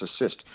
assist